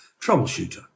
troubleshooter